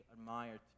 admired